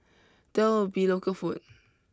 there will be local food